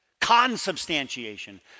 consubstantiation